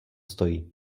stojí